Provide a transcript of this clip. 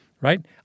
right